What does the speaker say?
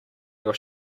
your